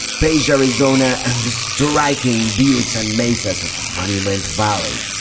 page, arizona and the striking buttes and mesas of monument valley.